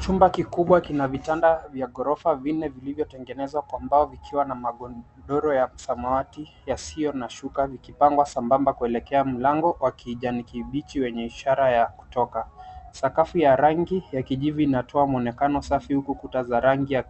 Chumba kikubwa kina vitanda vya ghorofa vinne vilivyotengenezwa kwa mbao vikiwa na magodoro ya samawati yasiyo na shuka vikipangwa sambamba kuelekea mlango wa kijani kibichi wenye ishara ya kutoka. Sakafu ya rangi ya kijivu inatoa mwonekano safi huku kuta za rangi ya